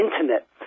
intimate